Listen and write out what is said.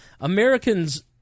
Americans